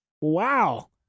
Wow